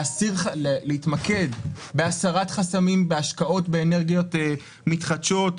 להתמקד בהסרת חסמים, בהשקעות באנרגיות מתחדשות.